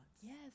Yes